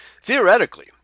Theoretically